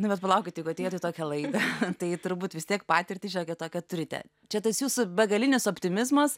nu bet palaukit jeigu atėjot į tokią laidą tai turbūt vis tiek patirtį šiokią tokią turite čia tas jūsų begalinis optimizmas